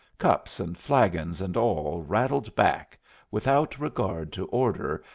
cups and flagons and all rattled back without regard to order,